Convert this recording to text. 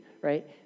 right